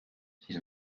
siis